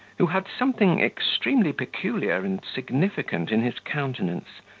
who had something extremely peculiar and significant in his countenance,